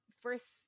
first